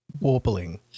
Warbling